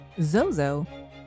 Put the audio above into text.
Zozo